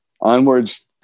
Onwards